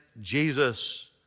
Jesus